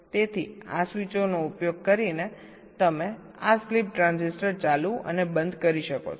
તેથી આ સ્વીચોનો ઉપયોગ કરીને તમે આ સ્લીપ ટ્રાન્ઝિસ્ટર ચાલુ અને બંધ કરી શકો છો